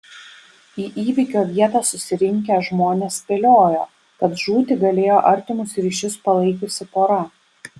į įvykio vietą susirinkę žmonės spėliojo kad žūti galėjo artimus ryšius palaikiusi pora